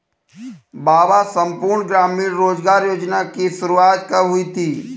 बाबा संपूर्ण ग्रामीण रोजगार योजना की शुरुआत कब हुई थी?